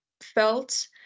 felt